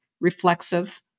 reflexive